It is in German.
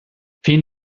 vielen